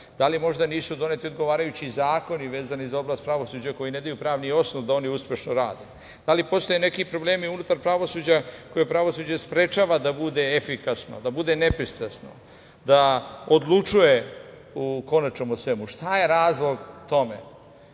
Da li možda nisu doneti odgovarajući zakoni vezani za oblast pravosuđa koji ne daju pravni osnov da oni uspešno rade, da li postoje neki problemi unutar pravosuđa koje pravosuđe sprečava da bude efikasno, da bude nepristrasno, da odlučuje konačno o svemu, šta je razlog tome? Ne